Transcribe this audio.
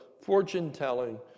fortune-telling